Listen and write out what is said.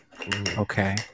Okay